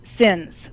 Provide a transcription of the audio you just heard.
sins